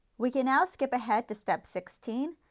we can now skip ahead to step sixteen,